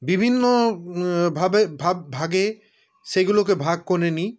বিভিন্ন ভাবে ভা ভাগে সেগুলোকে ভাগ করে নিই